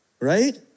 right